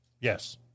Yes